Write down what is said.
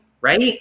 Right